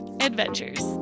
adventures